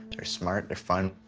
they're smart, they're fun.